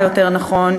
יותר נכון,